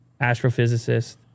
astrophysicist